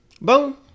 Boom